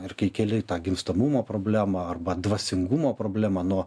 ir kai keli tą gimstamumo problemą arba dvasingumo problemą nuo